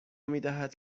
میدهد